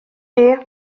chi